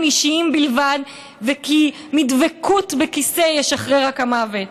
אישיים בלבד וכי מדבקותכם בכיסא ישחרר רק המוות,